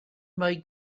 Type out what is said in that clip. mae